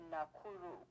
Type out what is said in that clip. Nakuru